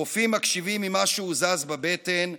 הרופאים מקשיבים אם משהו זז בבטן,